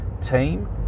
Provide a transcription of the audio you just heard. team